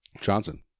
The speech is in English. Johnson